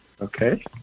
okay